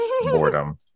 boredom